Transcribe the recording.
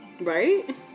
right